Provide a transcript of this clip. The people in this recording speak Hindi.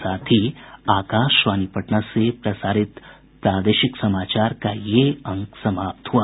इसके साथ ही आकाशवाणी पटना से प्रसारित प्रादेशिक समाचार का ये अंक समाप्त हुआ